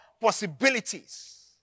possibilities